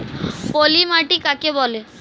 পলি মাটি কাকে বলে?